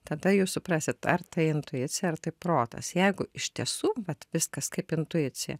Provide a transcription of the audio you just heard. tada jūs suprasit ar tai intuicija ar tai protas jeigu iš tiesų vat viskas kaip intuicija